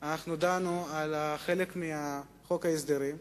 דנו על חלק מחוק ההסדרים.